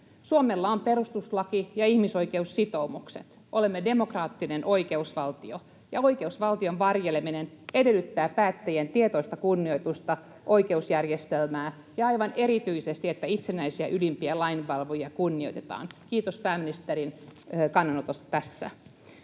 Suomella on perustuslaki ja ihmisoikeussitoumukset. Olemme demokraattinen oikeusvaltio, ja oikeusvaltion varjeleminen edellyttää päättäjien tietoista kunnioitusta oikeusjärjestelmään ja aivan erityisesti, että itsenäisiä ylimpiä lainvalvojia kunnioitetaan. Kiitos pääministerin kannanotosta tässä.